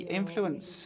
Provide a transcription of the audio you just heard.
influence